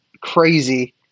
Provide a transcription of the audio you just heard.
crazy